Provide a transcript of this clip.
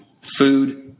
food